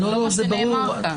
זה לא מה שנאמר כאן.